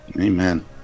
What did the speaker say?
amen